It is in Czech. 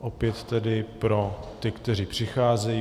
Opět tedy pro ty, kteří přicházejí.